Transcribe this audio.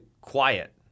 quiet